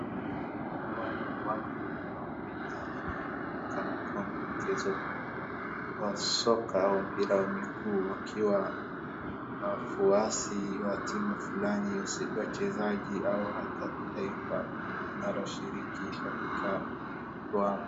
Hawa ni watu wanaopenda na kuunga mkono mchezo wa soka au mpira wa miguu wakiwa wafuasi wa timu fulani, wachezaji au hata taifa linalo shiriki katika mchuano.